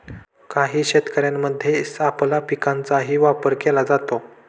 काही शेतांमध्ये सापळा पिकांचाही वापर केला जातो